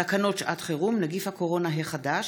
תקנות שעת חירום (נגיף הקורונה החדש)